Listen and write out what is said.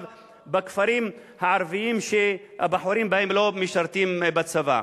בכפרים הערביים שהבחורים בהם לא משרתים בצבא.